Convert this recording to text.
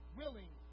willing